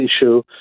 issue